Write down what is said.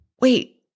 Wait